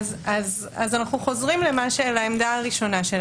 אנו אנו חוזרים לעמדתנו הראשונה.